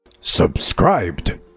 Subscribed